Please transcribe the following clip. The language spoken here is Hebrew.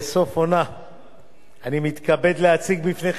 אני מתכבד להציג בפניכם את הצעת חוק לתיקון